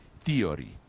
theory